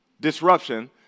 disruption